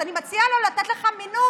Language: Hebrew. אז אני מציעה לו לתת לך מינוי,